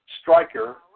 striker